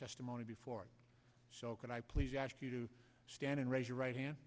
testimony before so can i please ask you to stand and raise your right hand